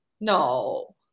no